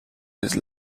his